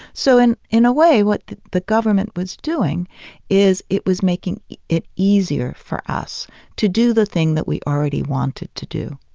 so in in a way, what the the government was doing is it was making it easier for us to do the thing that we already wanted to do,